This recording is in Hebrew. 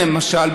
למשל,